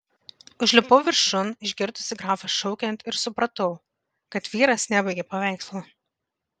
užlipau viršun išgirdusi grafą šaukiant ir supratau kad vyras nebaigė paveikslo